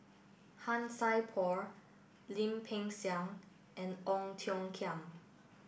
Han Sai Por Lim Peng Siang and Ong Tiong Khiam